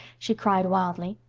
she cried, wildly.